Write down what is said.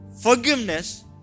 forgiveness